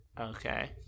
Okay